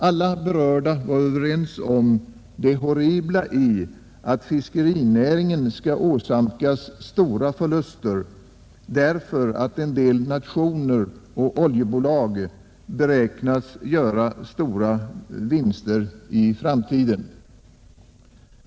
Alla berörda var överens om det horribla i att fiskenäringen ska åsamkas stora förluster därför att en del nationer och oljebolag beräknas göra stora vinster i framtiden.